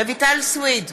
רויטל סויד,